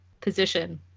position